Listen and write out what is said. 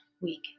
week